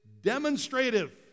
demonstrative